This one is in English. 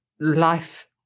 life